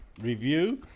review